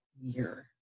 year